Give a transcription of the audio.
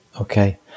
okay